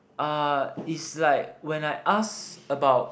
uh is like when I ask about